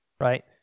Right